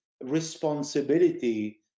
responsibility